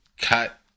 cut